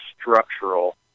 structural